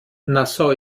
nassau